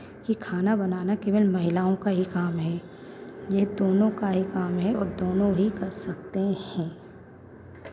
कि खाना बनाना केवल महिलाओं का ही काम है ये दोनों का ही काम है दोनों ही कर सकते हैं